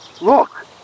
Look